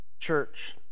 church